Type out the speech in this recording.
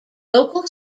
local